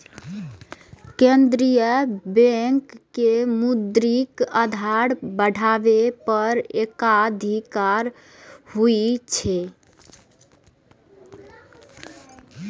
केंद्रीय बैंक के मौद्रिक आधार बढ़ाबै पर एकाधिकार होइ छै